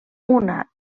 una